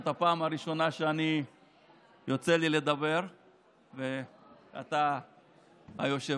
זאת הפעם הראשונה שיוצא לי לדבר ואתה היושב-ראש.